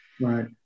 Right